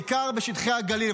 בעיקר בשטחי הגליל.